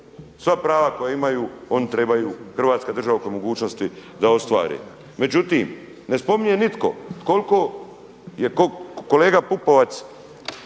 Sva prava koja imaju oni trebaju Hrvatska država ako je mogućosti da ostvari. Međutim ne spominje nitko koliko je kolega PUpovac